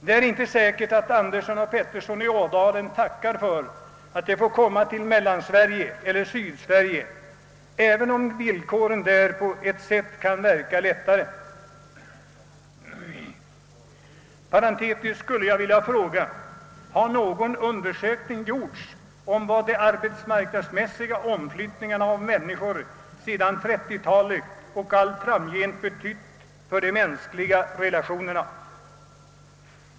Det är inte säkert att Andersson och Pettersson i Ådalen tackar för att de får komma till Mellansverige eller Sydsverige, även om villkoren där på ett sätt kan verka lättare. Parentetiskt skulle jag vilja fråga: Har någon undersökning gjorts om vad de arbetsmarknadsmässiga omflyttningarna av människor sedan 1930-talet och allt framgent har betytt för de mänskliga relationerna?